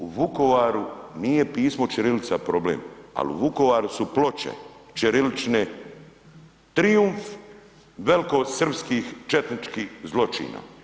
U Vukovaru nije pismo ćirilica problem, ali u Vukovaru su ploče ćirilične trijumf velikosrpskih četničkih zločina.